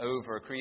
over